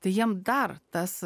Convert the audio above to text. tai jiem dar tas